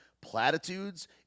platitudes